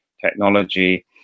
technology